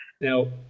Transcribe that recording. Now